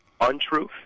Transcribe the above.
Untruth